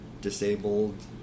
disabled